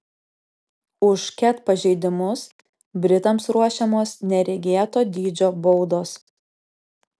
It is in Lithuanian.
už ket pažeidimus britams ruošiamos neregėto dydžio baudos